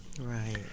Right